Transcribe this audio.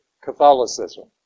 Catholicism